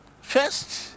First